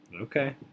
Okay